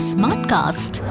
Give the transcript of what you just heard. Smartcast